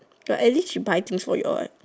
but at least she buy thing for you all